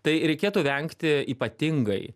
tai reikėtų vengti ypatingai